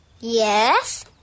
Yes